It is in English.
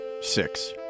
Six